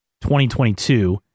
2022